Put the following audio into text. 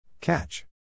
Catch